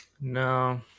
no